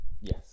Yes